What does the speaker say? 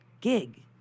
gig